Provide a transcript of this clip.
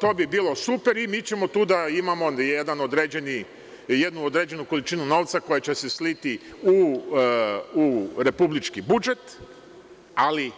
To bi bilo super, i mi ćemo tu da imamo jednu određenu količinu novca koja će se sliti u Republički budžet, ali